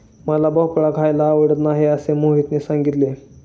मला भोपळा खायला आवडत नाही असे मोहितने सांगितले